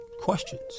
questions